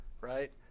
Right